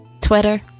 Twitter